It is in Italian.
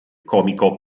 comico